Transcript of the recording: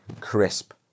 Crisp